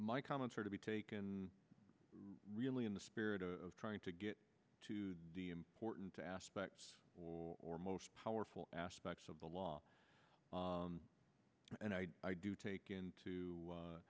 my comments are to be taken really in the spirit of trying to get to the important aspect or most powerful aspects of the law and i do take into